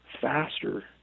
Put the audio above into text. faster